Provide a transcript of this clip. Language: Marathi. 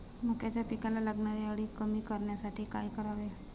मक्याच्या पिकाला लागणारी अळी कमी करण्यासाठी काय करावे?